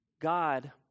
God